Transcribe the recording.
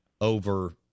over